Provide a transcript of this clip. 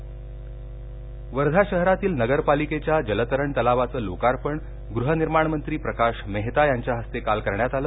लोकार्पण वर्धा शहरातील नगर पालिकेच्या जलतरण तलावाचं लोकार्पण गृहनिर्माण मंत्री प्रकाश मेहता यांच्या हस्ते काल करण्यात आलं